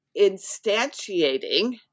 instantiating